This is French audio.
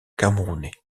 camerounais